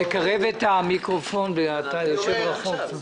הנתיבים לתחבורה ציבורית.